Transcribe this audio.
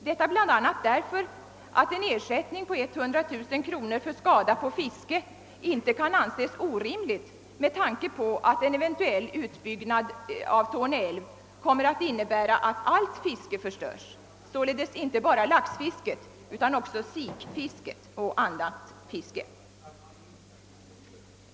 Detta bl.a. därför att en ersättning på 100 000 kronor för skada på fisket inte kan anses orimlig med tanke på att en eventuell utbyggnad av Torne älv kommer att innebära att allt fiske förstörs, inte bara laxfisket utan också sikfisket och annat fiske.